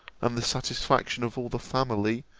and the satisfaction of all the family,